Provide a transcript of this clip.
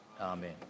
Amen